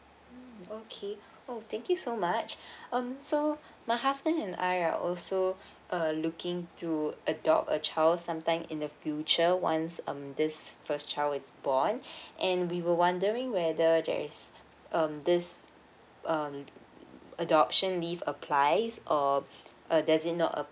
mm okay oh thank you so much um so my husband and I are also err looking to adopt a child sometime in the future once um this first child is born and we were wondering whether there is um this um adoption leave applies or uh does it not